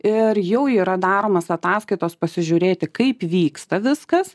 ir jau yra daromas ataskaitos pasižiūrėti kaip vyksta viskas